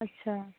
अच्छा